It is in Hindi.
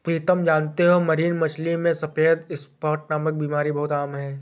प्रीतम जानते हो मरीन मछली में सफेद स्पॉट नामक बीमारी बहुत आम है